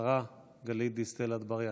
השרה גלית דיסטל אטבריאן.